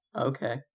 okay